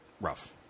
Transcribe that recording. rough